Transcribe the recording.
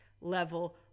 level